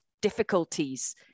difficulties